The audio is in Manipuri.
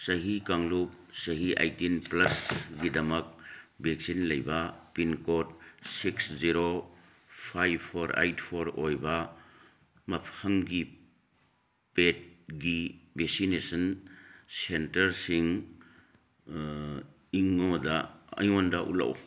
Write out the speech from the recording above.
ꯆꯍꯤ ꯀꯥꯡꯂꯨꯞ ꯆꯍꯤ ꯑꯩꯠꯇꯤꯟ ꯄ꯭ꯂꯁꯀꯤꯗꯃꯛ ꯚꯦꯛꯁꯤꯡ ꯂꯩꯕ pincode six zero five four eight four ꯑꯣꯏꯕ ꯃꯐꯝꯒꯤ ꯄꯦꯠꯀꯤ ꯚꯦꯛꯁꯤꯅꯦꯁꯟ ꯁꯦꯟꯇꯔꯁꯤꯡ ꯑꯩꯉꯣꯟꯗ ꯎꯠꯂꯛꯎ